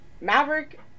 Maverick